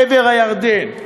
בעבר-הירדן,